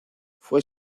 fue